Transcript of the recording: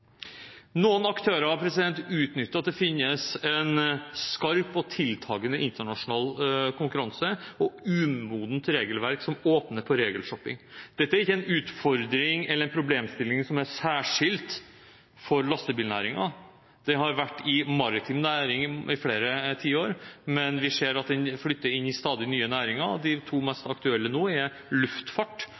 Noen aktører utnytter at det finnes en skarp og tiltagende internasjonal konkurranse og et umodent regelverk som åpner for regelshopping. Dette er ikke en utfordring eller en problemstilling som er særskilt for lastebilnæringen; dette har vært i maritim næring i flere tiår, men vi ser at den flytter inn i stadig nye næringer, og de to mest aktuelle nå er luftfart,